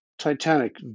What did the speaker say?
titanic